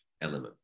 element